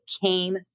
came